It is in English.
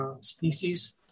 species